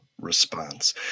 response